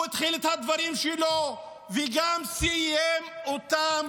הוא התחיל את הדברים שלו וגם סיים אותם